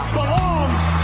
Belongs